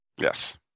Yes